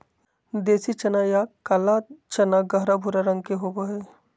देसी चना या काला चना गहरा भूरा रंग के चना होबो हइ